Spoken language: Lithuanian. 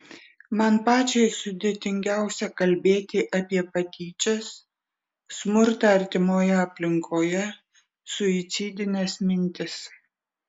man pačiai sudėtingiausia kalbėti apie patyčias smurtą artimoje aplinkoje suicidines mintis